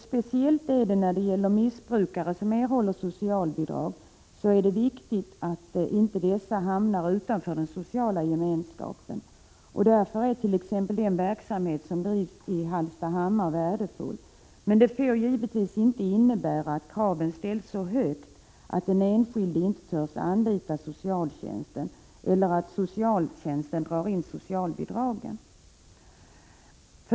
Speciellt när det gäller missbrukare som erhåller socialbidrag är det viktigt att bidragstagaren inte hamnar utanför den sociala gemenskapen. Därför är t.ex. den verksamhet som bedrivs i Hallstahammar värdefull. Men det får givetvis inte innebära att kraven sätts så högt att den enskilde inte törs anlita socialtjänsten eller att socialtjänsten drar in socialbidraget.